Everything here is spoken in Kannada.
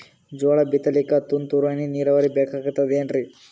ಜೋಳ ಬಿತಲಿಕ ತುಂತುರ ನೀರಾವರಿ ಬೇಕಾಗತದ ಏನ್ರೀ?